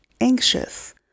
anxious